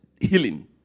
healing